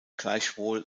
gleichwohl